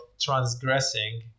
transgressing